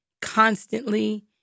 constantly